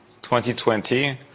2020